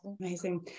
amazing